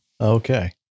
Okay